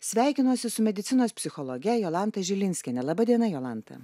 sveikinuosi su medicinos psichologe jolanta žilinskiene laba diena jolanta